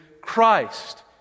Christ